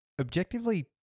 objectively